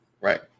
Right